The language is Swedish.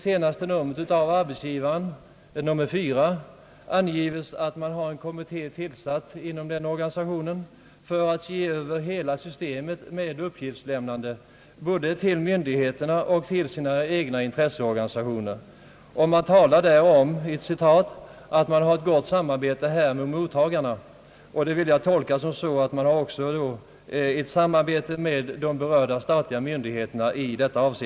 I senaste numret av Arbetsgivaren — nr 4 — anges att en kommitté är tillsatt inom denna organisation för att se över hela systemet med uppgiftslämnande både till myndigheter och till egna intresseorganisationer. Man talar där om att »man har ett gott samarbete här med mottagarna». Det vill jag tolka som så, att man har ett samarbete även med de berörda statliga myndigheterna.